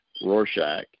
Rorschach